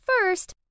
first